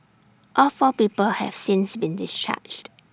all four people have since been discharged